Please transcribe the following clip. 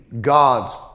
God's